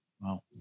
Wow